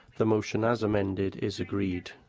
the motion as amended is agreed.